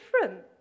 different